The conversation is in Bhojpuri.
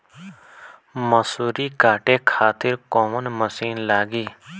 मसूरी काटे खातिर कोवन मसिन लागी?